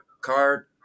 card